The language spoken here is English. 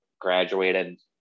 graduated